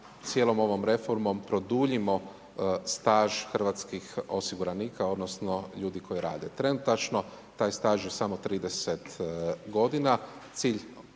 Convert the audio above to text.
cijelom ovom reformom produljimo staž hrvatskih osiguranika, odnosno, ljudi koji rade. Trenutačno taj staž je samo 30 g.